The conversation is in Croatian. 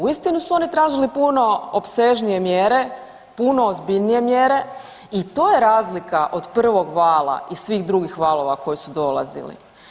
Uistinu su oni tražili puno opsežnije mjere, puno ozbiljnije mjere i to je razlika od prvog vala i svih drugih valova koji su dolazili.